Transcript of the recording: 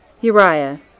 Uriah